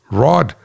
rod